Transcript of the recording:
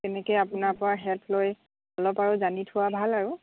তেনেকে আপোনাৰ পৰা হেল্প লৈ অলপ আৰু জানি থোৱা ভাল আৰু